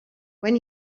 when